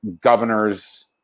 governors